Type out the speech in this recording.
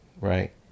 right